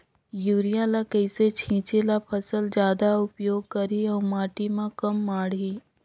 Urea ल कइसे छीचे ल फसल जादा उपयोग करही अउ माटी म कम माढ़ही?